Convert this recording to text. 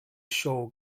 show